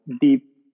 deep